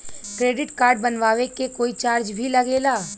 Credit card बनवावे के कोई चार्ज भी लागेला?